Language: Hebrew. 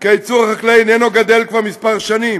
כי הייצור החקלאי איננו גדל כבר כמה שנים,